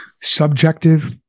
subjective